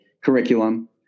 curriculum